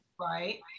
Right